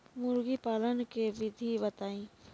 मुर्गी पालन के विधि बताई?